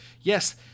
yes